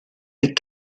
des